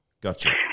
Gotcha